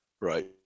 Right